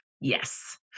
Yes